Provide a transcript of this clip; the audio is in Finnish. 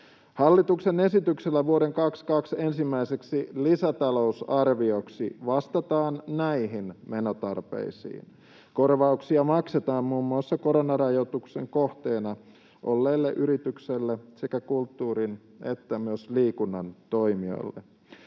Hallituksen esityksellä vuoden 22 ensimmäiseksi lisätalousarvioksi vastataan näihin menotarpeisiin. Korvauksia maksetaan muun muassa koronarajoituksen kohteena olleille yrityksille sekä kulttuurin että myös liikunnan toimijoille.